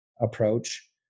approach